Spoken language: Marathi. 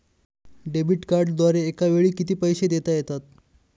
डेबिट कार्डद्वारे एकावेळी किती पैसे देता येतात?